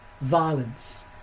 violence